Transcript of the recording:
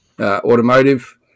automotive